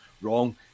wrong